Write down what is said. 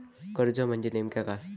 कर्ज म्हणजे नेमक्या काय?